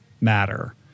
matter